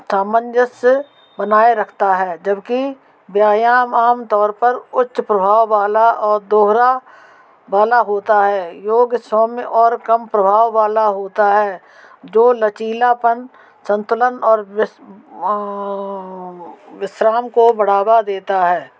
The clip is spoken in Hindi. सामंजस्य बनाए रखता है जबकि व्यायाम आमतौर पर उच्च प्रभाव वाला और दोहरा वाला होता है योग सौम्य और कम प्रभाव वाला होता है जो लचीलापन संतुलन और विश्राम को बढ़ावा देता है